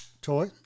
toy